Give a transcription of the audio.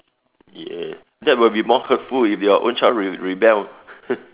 yes that will be more hurtful if your own child re~ rebel